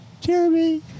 Jeremy